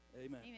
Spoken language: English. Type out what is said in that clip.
Amen